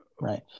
Right